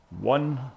one